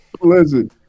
Listen